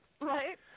Right